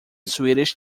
swedish